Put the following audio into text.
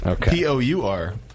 P-O-U-R